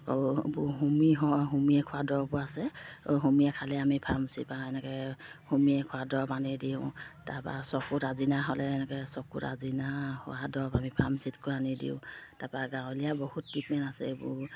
হোমি হোমিয়ে খোৱা দৰৱো আছে হোমিয়ে খালে আমি ফাৰ্মাচী পৰা এনেকৈ হোমিয়ে খোৱা দৰৱ আনি দিওঁ তাৰপা চকুত আজিনা হ'লে এনেকৈ চকুত আজিনা হোৱা দৰৱ আমি ফাৰ্মাচীত গৈ আনি দিওঁ তাৰপা গাঁৱলীয়া বহুত ট্ৰিটমেণ্ট আছে এইবোৰ